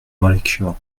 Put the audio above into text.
molecule